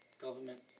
Government